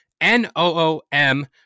N-O-O-M